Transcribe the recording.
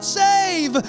save